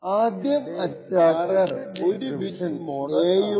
ആദ്യം attacker 1 bit model ആണ് പരിഗണിക്കുന്നത്